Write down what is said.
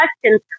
questions